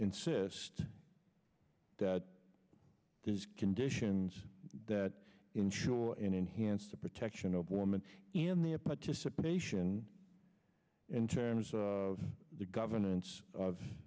insist that the conditions that ensure and enhance the protection of women in the a participation in terms of the governance of